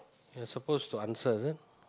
you are supposed to answer is it